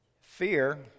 Fear